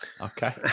okay